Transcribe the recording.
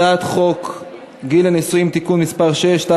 הצעת חוק גיל הנישואין (תיקון מס' 6),